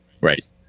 right